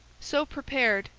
so prepared,